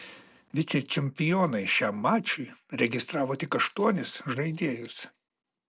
vicečempionai šiam mačui registravo tik aštuonis žaidėjus